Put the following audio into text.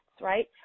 right